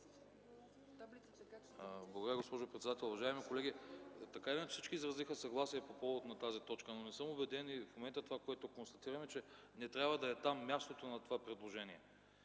Благодаря, госпожо председател! Уважаеми колеги, така или иначе, всички изразиха съгласие по повод тази точка, но не съм убеден и в момента това, което констатирам, е, че не трябва да е там мястото на това предложение.